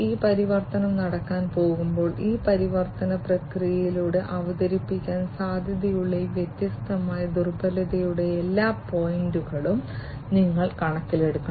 ഈ പരിവർത്തനം നടക്കാൻ പോകുമ്പോൾ ഈ പരിവർത്തന പ്രക്രിയയിലൂടെ അവതരിപ്പിക്കാൻ സാധ്യതയുള്ള ഈ വ്യത്യസ്തമായ ദുർബലതയുടെ എല്ലാ പോയിന്റുകളും നിങ്ങൾ കണക്കിലെടുക്കണം